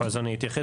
אז אני אתייחס,